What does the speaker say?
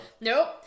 Nope